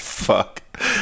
fuck